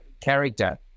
character